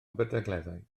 aberdaugleddau